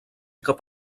cap